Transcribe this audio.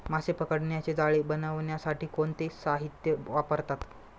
मासे पकडण्याचे जाळे बनवण्यासाठी कोणते साहीत्य वापरतात?